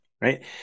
right